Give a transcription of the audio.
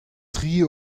tri